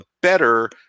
better